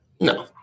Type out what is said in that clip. no